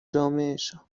جامعهشان